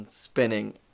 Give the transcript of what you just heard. spinning